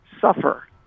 suffer